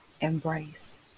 Embrace